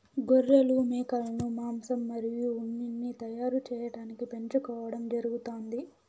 గొర్రెలు, మేకలను మాంసం మరియు ఉన్నిని తయారు చేయటానికి పెంచుకోవడం జరుగుతాంది